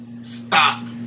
stop